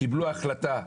קיבלו החלטה,